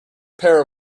pair